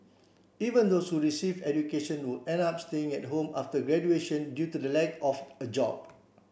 even those who receive education would end up staying at home after graduation due to the lack of a job